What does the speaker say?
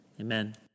Amen